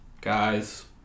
guys